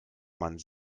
man